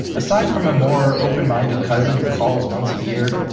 aside from a more open-minded cousin who calls once a year,